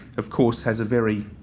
of course, has a very